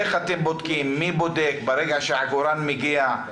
איך אתם בודקים, מי בודק ברגע שהעגורן מגיע?